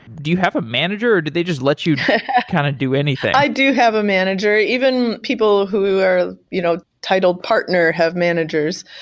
do you have a manager, or do they just let you kind of do anything? i do have a manager. even people who are you know titled partner have managers.